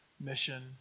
mission